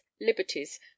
liberties